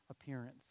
appearance